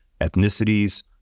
ethnicities